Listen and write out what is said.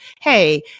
hey